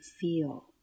feel